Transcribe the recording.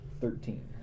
Thirteen